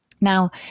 Now